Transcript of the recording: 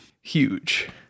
Huge